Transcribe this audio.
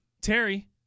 Terry